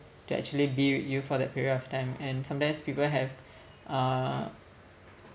to actually be with you for that period of time and sometimes people have uh